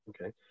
Okay